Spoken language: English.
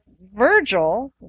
Virgil